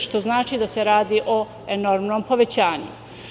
Što znači da se radi o enormnom povećanju.